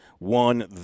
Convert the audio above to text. won